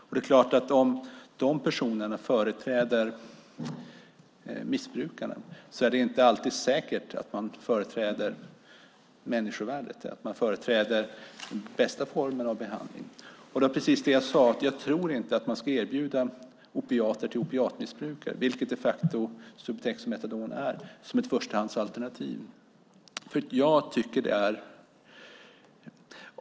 Om de personerna företräder missbrukaren är det inte säkert att man alltid företräder människovärdet och den bästa formen av behandling. Som jag sade tror jag inte att man som ett förstahandsalternativ ska erbjuda opiater, vilket Subutex och Metadon är, till opiatmissbrukare.